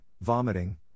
vomiting